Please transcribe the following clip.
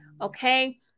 okay